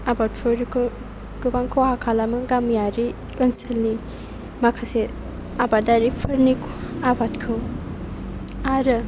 आबादफोरखौ गोबां खहा खालामो गामियारि मानसिफोरनि माखासे आबादारिफोरनि आबादखौ आरो